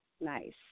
Nice